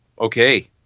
Okay